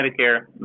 Medicare